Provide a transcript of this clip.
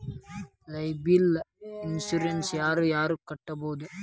liable insurance ಯಾರ್ ಯಾರ್ ಕಟ್ಬೊದು